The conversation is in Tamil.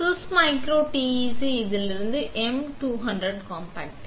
சுஸ் மைக்ரோ TEC இலிருந்து MA200 காம்பாக்ட்